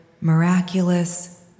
miraculous